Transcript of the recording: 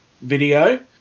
video